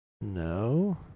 No